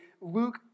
luke